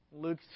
Luke